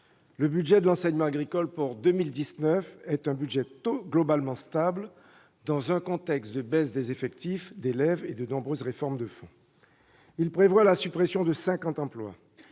le budget de l'enseignement agricole pour 2019 est globalement stable, dans un contexte de baisse des effectifs d'élèves et de nombreuses réformes de fond. Il prévoit la suppression de 50 emplois.